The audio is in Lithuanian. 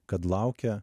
kad laukia